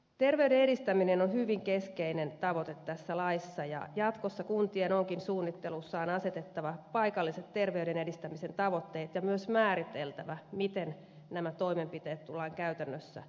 terveyden edistäminen on hyvin keskeinen tavoite tässä laissa ja jatkossa kuntien onkin suunnittelussaan asetettava paikalliset terveyden edistämisen tavoitteet ja myös määriteltävä miten nämä toimenpiteet tullaan käytännössä toteuttamaan